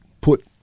put